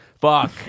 Fuck